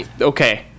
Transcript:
Okay